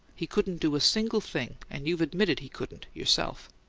he couldn't do a single thing, and you've admitted he couldn't, yourself.